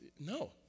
No